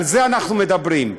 על זה אנחנו מדברים.